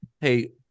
hey